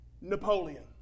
Napoleon